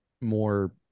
more